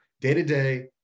day-to-day